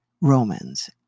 Romans